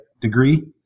degree